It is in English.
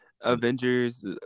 Avengers